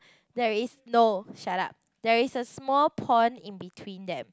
there is no shut up there is a small pond in between them